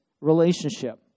relationship